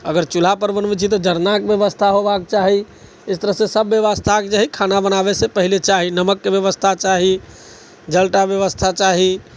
अगर चूल्हा पर बनबैत छियै तऽ जरनाके व्यवस्था होयबाके चाही इस तरहसँ सभ व्यवस्था जे हइ खानाके बनाबैसँ पहिले चाही नमकके व्यवस्था चाही जलटा व्यवस्था चाही